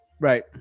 Right